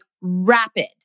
rapid